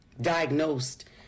diagnosed